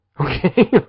okay